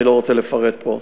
אני לא רוצה לפרט פה.